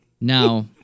Now